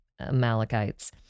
Amalekites